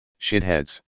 shitheads